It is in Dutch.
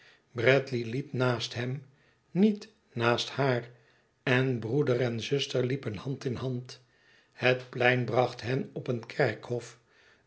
bradley liep naast hem niet naast haar en broeder en zuster liepen hand in hand het plein bracht hen op een kerkhof